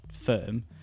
firm